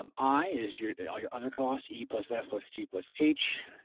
um i is your, all your other costs, e plus f plus g plus h,